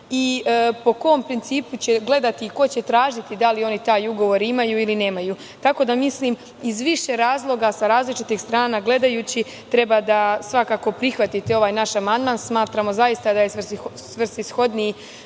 i po kom principu će gledati i ko će tražiti da li oni taj ugovor imaju ili nemaju. Tako da, mislim da iz više razloga, sa različitih strana gledajući, treba svakako da prihvatite ovaj naš amandman. Smatramo zaista da je svrsishodniji